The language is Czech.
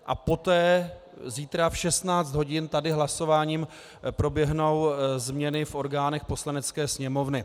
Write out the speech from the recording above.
A poté zítra v 16 hodin tady hlasováním proběhnou změny v orgánech Poslanecké sněmovny.